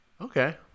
Okay